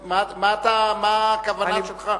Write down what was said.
מה הכוונה שלך?